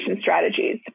strategies